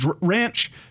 ranch